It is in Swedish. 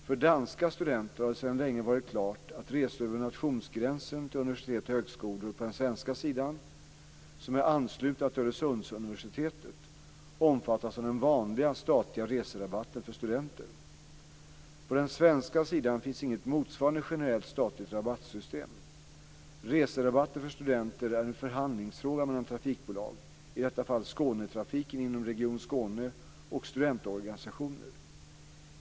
För danska studenter har det sedan länge varit klart att resor över nationsgränsen till universitet och högskolor på den svenska sidan, som är anslutna till Öresundsuniversitetet, omfattas av den vanliga statliga reserabatten för studenter. På den svenska sidan finns inget motsvarande generellt statligt rabattsystem. Reserabatter för studenter är en förhandlingsfråga mellan trafikbolag, i detta fall Skånetrafiken inom Region Skåne, och studentorganisationer.